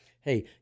hey